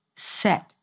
set